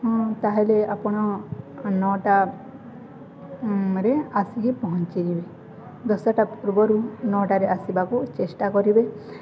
ହଁ ତାହେଲେ ଆପଣ ନଅଟାରେ ଆସିକି ପହଞ୍ଚିଯିବେ ଦଶଟା ପୂର୍ବରୁ ନଅଟାରେ ଆସିବାକୁ ଚେଷ୍ଟା କରିବେ